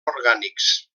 orgànics